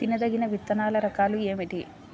తినదగిన విత్తనాల రకాలు ఏమిటి?